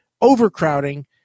overcrowding